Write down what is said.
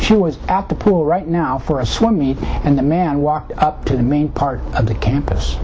said he was at the pool right now for a swim meet and the man walked up to the main part of the campus